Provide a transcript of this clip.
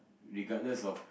regardless of